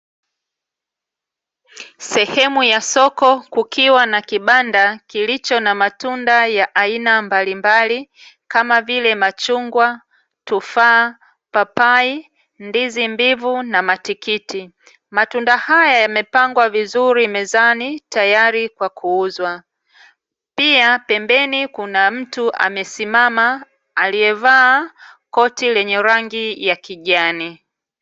Sehemu ya soko, kukiwa na kibanda kilicho na matunda ya aina mbalimbali, kama vile; machungwa, tufaa, papai, ndizi mbivu na matikiti. Matunda haya yamepangwa vizuri mezani tayari kwa kuuzwa. Pia pembeni kuna mtu amesimama, aliyevaa koti lenye rangi ya kijani.